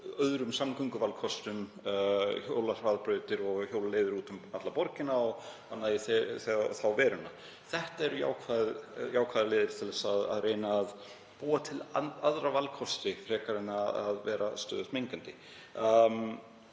öðrum samgönguvalkostum, hjólahraðbrautum og hjólaleiðum út um alla borgina og annað í þá veruna. Það eru jákvæðar leiðir til að reyna að búa til aðra valkosti frekar en að vera stöðugt mengandi.